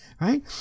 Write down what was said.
right